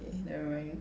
never mind